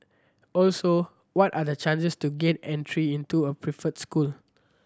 also what are the chances to gaining entry into a preferred school